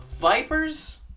vipers